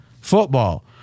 football